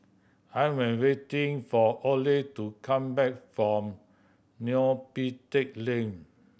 I am waiting for Orley to come back from Neo Pee Teck Lane